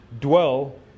dwell